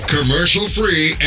Commercial-free